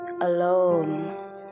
alone